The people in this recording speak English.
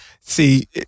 See